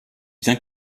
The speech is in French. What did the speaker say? bien